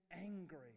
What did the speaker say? angry